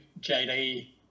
JD